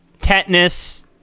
tetanus